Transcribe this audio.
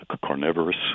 carnivorous